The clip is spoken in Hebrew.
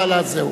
זהו.